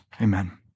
Amen